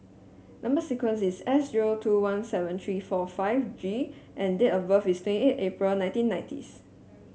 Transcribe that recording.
number sequence is S zero two one seven three four five G and date of birth is twenty eight April nineteen nineties